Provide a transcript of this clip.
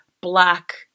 black